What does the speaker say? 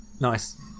nice